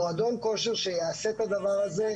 מועדון כושר שיעשה את הדבר הזה,